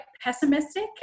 pessimistic